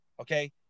okay